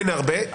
אין הרבה.